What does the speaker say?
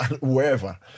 wherever